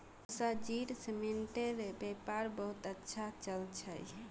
मौसाजीर सीमेंटेर व्यापार बहुत अच्छा चल छ